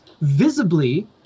visibly